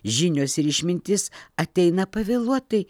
žinios ir išmintis ateina pavėluotai